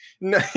No